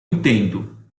entendo